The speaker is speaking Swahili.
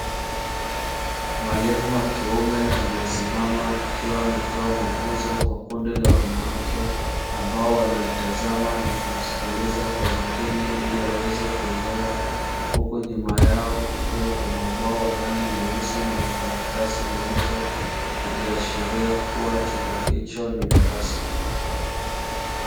Mwalimu wa kiume aliyesimama akiwa anatoa mafunzo kwa kundi la wanawake, ambao wanamtazama na kumsikiliza kwa makini. Nyuma yao kukiwa na ubao mweusi na makaratasi meupe, ikiashiria kuwa chumba hicho ni darasa.